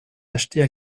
achetées